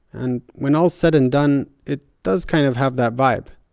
and when all said and done, it does kind of have that vibe.